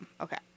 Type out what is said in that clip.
Okay